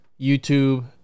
YouTube